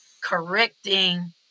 correcting